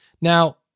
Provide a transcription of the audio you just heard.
Now